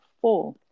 four